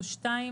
או (2),